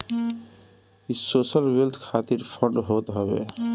इ social wealth खातिर fund होत हवे